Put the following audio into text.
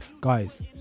guys